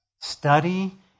study